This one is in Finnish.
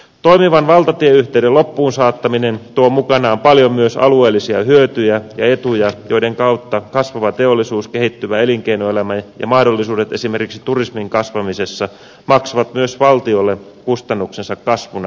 toimivan valtatieyhteyden loppuun saattaminen tuo mukanaan paljon myös alueellisia hyötyjä ja etuja joiden kautta kasvava teollisuus kehittyvä elinkeinoelämä ja mahdollisuudet esimerkiksi turismin kasvamisessa maksavat myös valtiolle kustannuksensa kasvuna takaisin